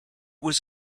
was